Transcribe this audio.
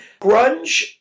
Grunge